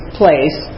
place